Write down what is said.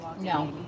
No